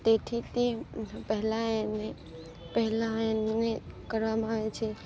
તેથી તે પહેલાં એને પહેલાં એમને કરવામાં આવે છે